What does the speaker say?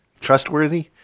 Trustworthy